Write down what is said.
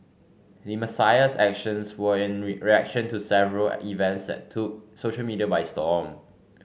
Messiah's actions were in reaction to several events that took social media by storm